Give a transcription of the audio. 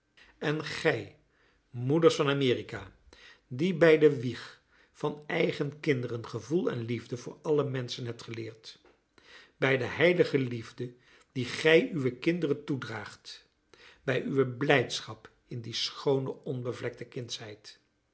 en gij moeders van amerika die bij de wieg van eigen kinderen gevoel en liefde voor alle menschen hebt geleerd bij de heilige liefde die gij uwe kinderen toedraagt bij uwe blijdschap in die schoone onbevlekte kindsheid